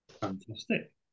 fantastic